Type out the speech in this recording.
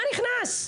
מה נכנס?